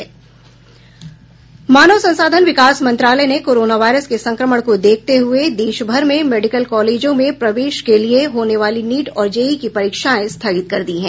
मानव संसाधन विकास मंत्रालय ने कोरोना वायरस के संक्रमण को देखते हये देशभर में मेडिकल कॉलेजों में प्रवेश के लिये होने वाली नीट और जेईई की परीक्षायें स्थगित कर दी है